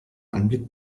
anblick